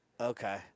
Okay